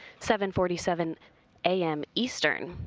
seven forty seven a m. eastern.